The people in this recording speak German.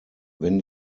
wenn